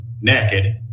naked